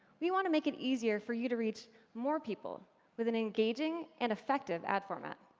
we want to make it easier for you to reach more people with an engaging and effective ad format